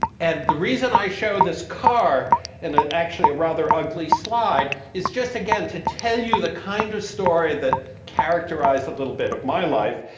and the reason i show this car in actually a rather ugly slide is just again to tell you the kind of story that characterized a little bit of my life.